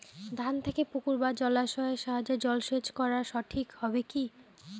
ধান খেতে পুকুর বা জলাশয়ের সাহায্যে জলসেচ করা উচিৎ হবে কি?